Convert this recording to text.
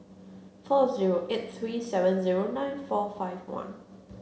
four zero eight three seven zero nine four five one